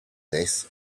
this